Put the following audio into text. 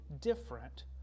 different